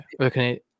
Okay